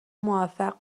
موفق